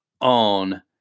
on